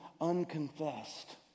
unconfessed